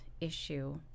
issue